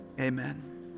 Amen